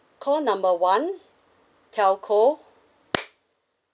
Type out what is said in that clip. call number one telco